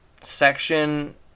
section